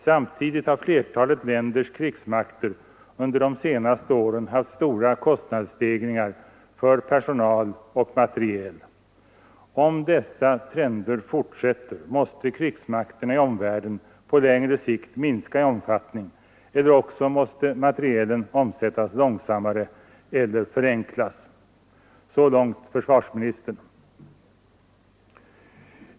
Samtidigt har flertalet länders krigsmakter under de senaste åren haft stora kostnadsstegringar för personal och materiel. Om dessa trender fortsätter, måste krigsmakterna i omvärlden på längre sikt minska i omfattning eller också måste materielen omsättas långsammare eller förenklas. Så långt försvarsministern.